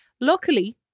luckily